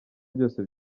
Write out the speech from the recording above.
byose